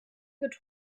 wird